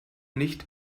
nicht